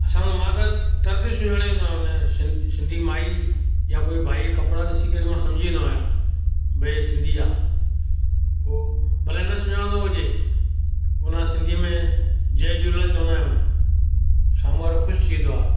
असां मां त तुर्तु ई सुञाणे वेंदो आहियां उन सिं सिंधी माई या कोई भाई कपिड़ा ॾिसी करे मां समुझी वेंदो आहियां भई सिंधी आहे पोइ भले न सुञाणंदो हुजे उन सिंधीअ में जय झूलेलाल चवंदा आहियूं साम्हूं वारो ख़ुशि थी वेंदो आहे